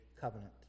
covenant